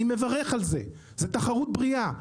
אני מברך על זה, זו תחרות בריאה.